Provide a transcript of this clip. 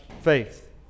faith